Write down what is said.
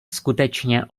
skutečně